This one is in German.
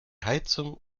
heizung